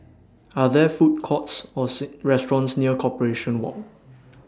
Are There Food Courts Or restaurants near Corporation Walk